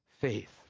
faith